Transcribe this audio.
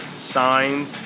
Signed